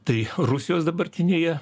tai rusijos dabartinėje